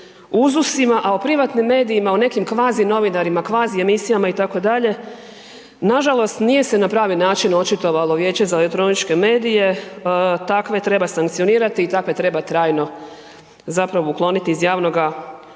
uzusima, a o privatnim medijima, o nekim kvazi novinarima, kvazi emisijama itd. nažalost nije se na pravi način očitovalo Vijeće za elektroničke medije, takve treba sankcionirati i takve treba trajno zapravo ukloniti iz javnoga